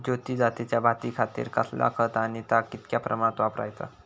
ज्योती जातीच्या भाताखातीर कसला खत आणि ता कितक्या प्रमाणात वापराचा?